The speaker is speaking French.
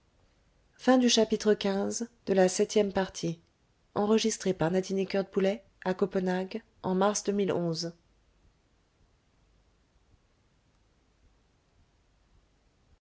fondirent en masse sur